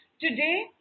today